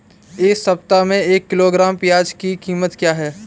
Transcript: इस सप्ताह एक किलोग्राम प्याज की कीमत क्या है?